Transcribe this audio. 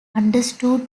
understood